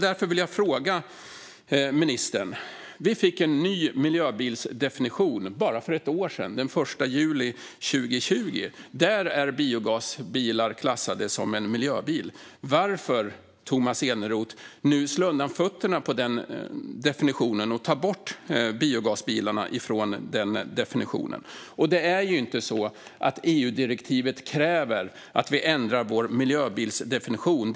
Det kom en ny miljöbilsdefinition för bara ett år sedan, den 1 juli 2020. Där är biogasbilar klassade som miljöbilar. Varför, Tomas Eneroth, slår man nu undan fötterna på den definitionen och tar bort biogasbilarna från definitionen? Det är inte så att EU-direktivet kräver att vi ändrar vår miljöbilsdefinition.